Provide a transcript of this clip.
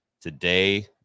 Today